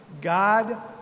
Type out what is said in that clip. God